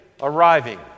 arriving